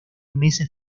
meses